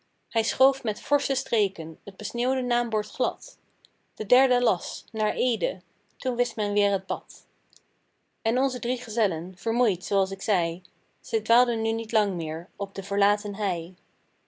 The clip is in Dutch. hij schoof met forsche streken t besneeuwde naambord glad de derde las naar ede toen wist men weer het pad en onze drie gezellen vermoeid zooals ik zeî zij dwaalden nu niet lang meer op de verlaten hei